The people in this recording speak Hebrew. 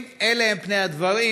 אם אלה הם פני הדברים,